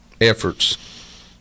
efforts